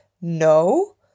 No